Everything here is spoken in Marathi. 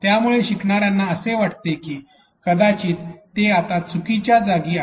यामुळे शिकणाऱ्यांना असे वाटते की कदाचित ते आता चुकीच्या जागी आहेत